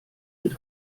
mit